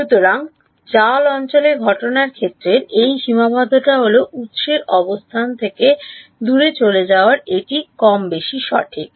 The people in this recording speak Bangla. সুতরাং mesh অঞ্চলে ঘটনা ক্ষেত্রের এই সীমাবদ্ধতা হল উত্সের অবস্থান থেকে দূরে চলে যাওয়ায় এটি কম বেশি সঠিক